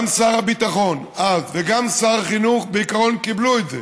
גם שר הביטחון אז וגם שר החינוך בעיקרון קיבלו את זה,